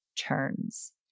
turns